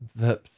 Vips